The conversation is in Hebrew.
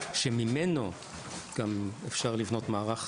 שממנו גם אפשר לבנות מערך